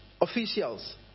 officials